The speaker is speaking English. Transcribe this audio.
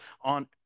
on